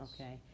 Okay